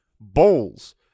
Bowls